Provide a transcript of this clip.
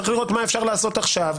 צריך לראות מה אפשר לעשות עכשיו.